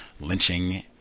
lynching